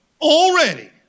already